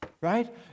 right